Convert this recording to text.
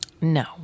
No